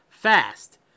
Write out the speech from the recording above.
fast